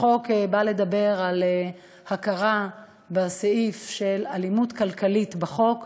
ההצעה מדברת על הכרה באלימות כלכלית בחוק,